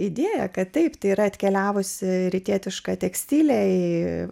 idėja kad taip yra atkeliavusi rytietišką tekstilę ir